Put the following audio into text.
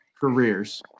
careers